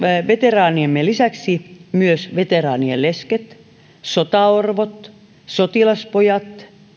veteraaniemme lisäksi myös veteraanien lesket sotaorvot sotilaspojat